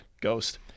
ghost